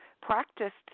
practiced